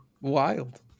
Wild